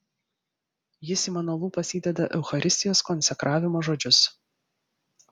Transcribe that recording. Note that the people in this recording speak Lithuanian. jis į mano lūpas įdeda eucharistijos konsekravimo žodžius